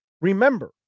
Remember